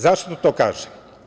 Zašto to kažem.